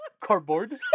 cardboard